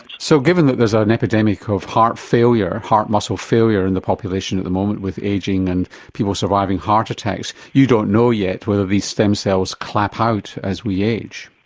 so given that there's an epidemic of heart failure, heart muscle failure in the population at the moment with ageing and people surviving heart attacks, you don't know yet whether these stem cells clap out as we age?